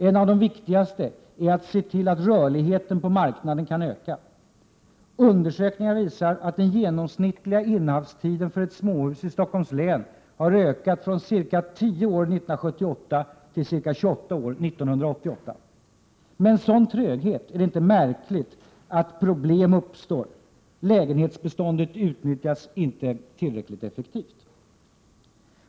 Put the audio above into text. En av de viktigaste åtgärderna är att se till att rörligheten på bostadsmarknaden kan öka. Undersökningar visar att den genomsnittliga innehavstiden för ett småhus i Stockholms län har ökat från ca 10 år 1978 till ca 28 år 1988. Med en sådan tröghet är det inte märkligt att problem uppstår. Lägenhetsbeståndet utnyttjas inte tillräckligt effektivt.